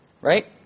Right